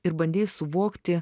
ir bandei suvokti